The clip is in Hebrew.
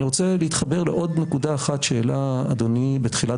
אני רוצה להתחבר לעוד נקודה אחת שהעלה אדוני בתחילת